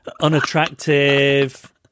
unattractive